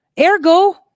Ergo